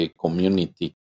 community